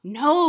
no